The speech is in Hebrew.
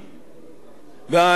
אנחנו מאוימים